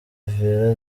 vieira